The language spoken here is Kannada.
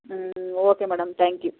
ಹ್ಞೂ ಓಕೆ ಮೇಡಮ್ ತ್ಯಾಂಕ್ ಯು